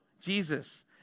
Jesus